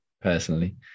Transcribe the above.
personally